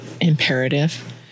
imperative